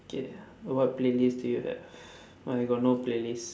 okay what playlist do you have I got no playlist